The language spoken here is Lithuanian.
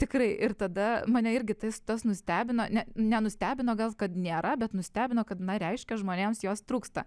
tikrai ir tada mane irgi tas tas nustebino ne nenustebino gal kad nėra bet nustebino kad na reiškia žmonėms jos trūksta